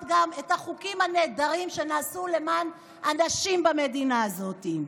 את החוקים הנהדרים שנעשו למען אנשים במדינה הזאת.